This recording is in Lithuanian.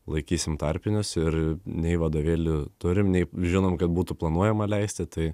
laikysim tarpinius ir nei vadovėlių turim nei žinom kad būtų planuojama leisti tai